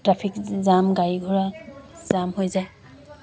traffic jam গাড়ী গোৰাৰ jam হৈ যায়